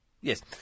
Yes